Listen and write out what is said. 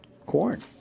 corn